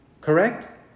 Correct